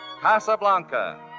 Casablanca